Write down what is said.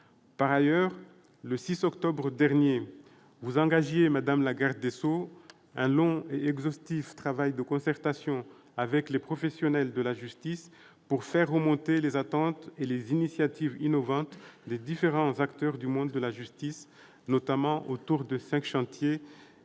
Par ailleurs, le 6 octobre dernier, vous engagiez, madame la garde des sceaux, un long et exhaustif travail de concertation avec les professionnels de la justice pour faire remonter les attentes et les initiatives innovantes des différents acteurs du monde de la justice, notamment autour des cinq chantiers